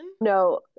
No